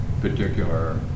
particular